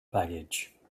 baggage